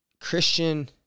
Christian